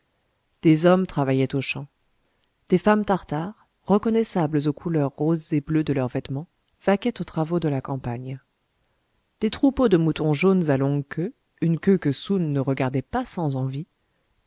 des hommes travaillaient aux champs des femmes tartares reconnaissables aux couleurs roses et bleues de leurs vêtements vaquaient aux travaux de la campagne des troupeaux de moutons jaunes à longue queue une queue que soun ne regardait pas sans envie